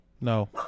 No